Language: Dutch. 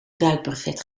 duikbrevet